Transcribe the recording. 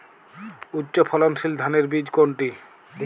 উচ্চ ফলনশীল ধানের বীজ কোনটি?